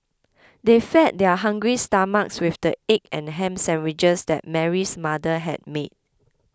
they fed their hungry stomachs with the egg and ham sandwiches that Mary's mother had made